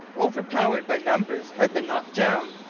overpowered by numbers, had been knocked down,